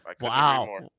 wow